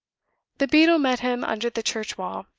the beadle met him under the church wall.